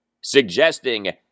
suggesting